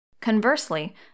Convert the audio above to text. Conversely